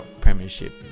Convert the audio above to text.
premiership